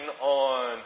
on